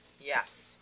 Yes